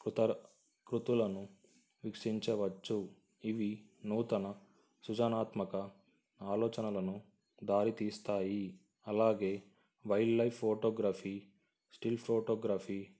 కృత కృతులను విక్షించవచ్చు ఇవి నూతన సృజనాత్మక ఆలోచనలను దారితీస్తాయి అలాగే wildlife photography still photography